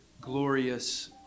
glorious